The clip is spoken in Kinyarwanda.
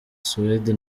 suwede